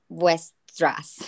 vuestras